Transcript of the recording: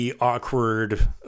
awkward